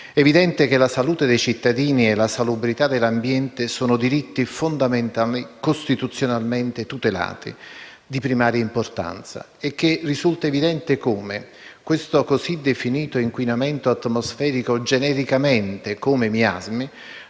evidente che la salute dei cittadini e la salubrità dell'ambiente sono diritti fondamentali costituzionalmente tutelati, di primaria importanza. E risulta anche evidente come su questo inquinamento atmosferico, definito genericamente come «miasmi»,